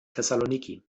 thessaloniki